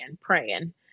praying